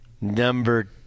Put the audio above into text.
Number